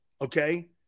Okay